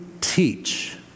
teach